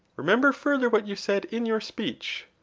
remember further what you said in your speech,